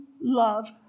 love